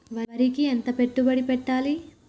వరికి ఎంత పెట్టుబడి పెట్టాలి?